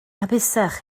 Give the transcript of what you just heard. hapusach